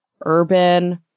urban